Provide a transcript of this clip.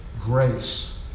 grace